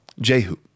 Jehu